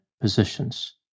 positions